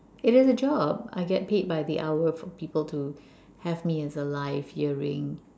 it is a job I get paid by the hour for people to have me as a live earring